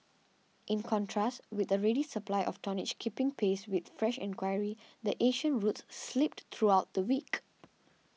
in contrast with a ready supply of tonnage keeping pace with fresh enquiry the Asian routes slipped throughout the week